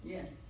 Yes